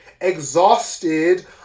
exhausted